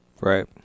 Right